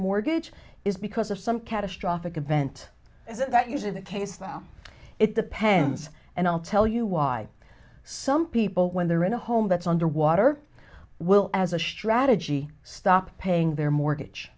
mortgage is because of some catastrophic event isn't that usually the case though it depends and i'll tell you why some people when they're in a home that's underwater will as a strategy stop paying their